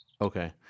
okay